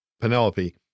Penelope